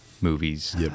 movies